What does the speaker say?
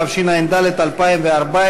התשע"ד 2014,